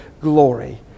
glory